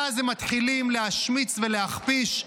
ואז הם מתחילים להשמיץ ולהכפיש.